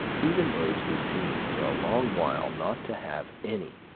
even those who seem for a long while not to have any,